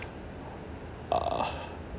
uh